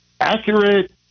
accurate